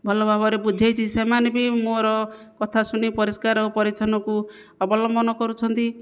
ଭଲ ଭାବରେ ବୁଝାଇଛି ସେମାନେ ବି ମୋର କଥା ଶୁଣି ପରିଷ୍କାର ଓ ପରିଚ୍ଛନ୍ନକୁ ଅବଲମ୍ବନ କରୁଛନ୍ତି